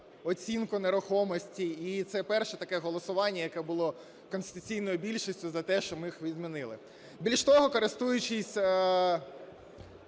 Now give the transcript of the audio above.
оцінку нерухомості, і це перше таке голосування, яке було конституційною більшістю, за те, що ми їх відмінили. Більше того, користуючись